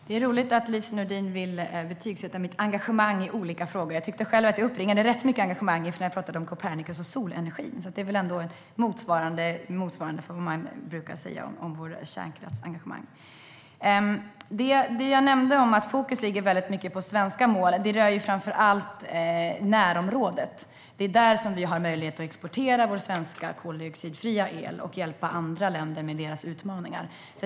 Herr talman! Det är roligt att Lise Nordin vill betygsätta mitt engagemang i olika frågor. Jag tyckte själv att jag uppbringade rätt mycket engagemang när jag pratade om Copernicus och solenergin. Det är väl ändå motsvarande vad man brukar säga om vårt kärnkraftsengagemang. Det jag nämnde om att fokus ligger mycket på svenska mål rör framför allt närområdet. Det är dit som vi har möjlighet att exportera vår svenska koldioxidfria energi, och på så sätt kan vi hjälpa andra länder med deras utmaningar.